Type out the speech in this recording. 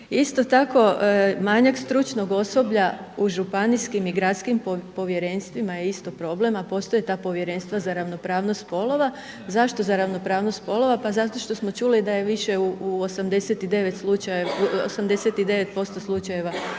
Isto tako manjak stručnog osoblja u županijskim i gradskim povjerenstvima je isto problem, a postoje ta povjerenstva za ravnopravnost spolova. Zašto za ravnopravnost spolova? Pa zato što smo čuli da je više u 89% slučajeva